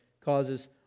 causes